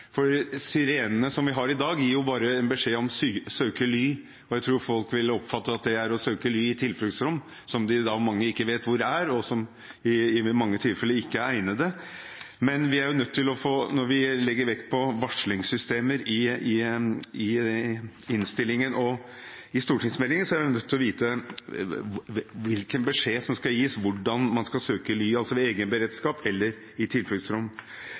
For sirenene som vi har i dag, gir jo bare beskjed om å søke ly, og jeg tror folk vil oppfatte at det er å søke ly i tilfluktsrom, som mange ikke vet hvor er, og som i mange tilfeller ikke er egnede. Når vi legger vekt på varslingssystemer i innstillingen og i stortingsmeldingen, er vi nødt til å vite hvilken beskjed som skal gis, hvordan man skal søke ly – ved egenberedskap eller i tilfluktsrom.